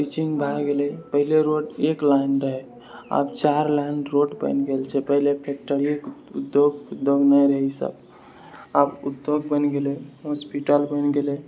pitching भए गेले पहिले रोड एक लेन रहय आब चारि लेन रोड बनिगेल छै पहिले फैक्ट्री उद्योग नहि रहए इसब आब उद्योग बनि गेलै हॉस्पिटल बनि गेलै